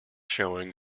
showing